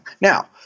Now